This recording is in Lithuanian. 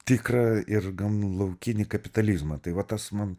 tikrą ir gan laukinį kapitalizmą tai va tas man